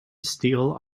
steel